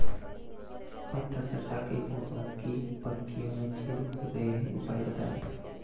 पत्थर चट्टा के पौधें की पत्तियों में छेद हो रहे हैं उपाय बताएं?